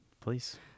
Please